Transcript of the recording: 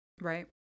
Right